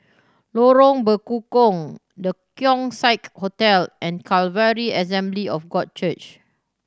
Lorong Bekukong The Keong Saik Hotel and Calvary Assembly of God Church